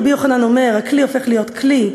רבי יוחנן אומר: הכלי הופך להיות כלי,